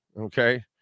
okay